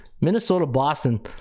Minnesota-Boston